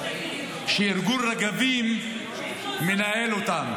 שארגון רגבים מנהל אותה.